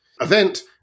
event